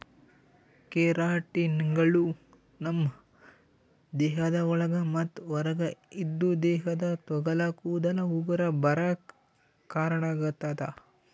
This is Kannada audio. ಕೆರಾಟಿನ್ಗಳು ನಮ್ಮ್ ದೇಹದ ಒಳಗ ಮತ್ತ್ ಹೊರಗ ಇದ್ದು ದೇಹದ ತೊಗಲ ಕೂದಲ ಉಗುರ ಬರಾಕ್ ಕಾರಣಾಗತದ